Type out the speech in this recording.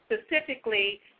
specifically